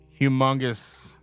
humongous